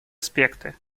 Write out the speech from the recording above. аспекты